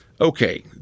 okay